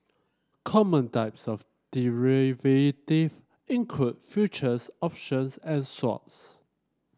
common types of derivative include futures options and swaps